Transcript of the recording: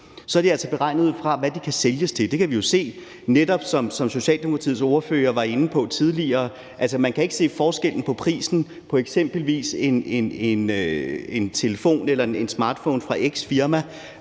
er de altså beregnet ud fra, hvad de kan sælges til. Det kan vi jo se, netop som Socialdemokratiets ordfører var inde på tidligere. Man kan ikke se forskellen på prisen på eksempelvis en telefon eller en smartphone fra x firma,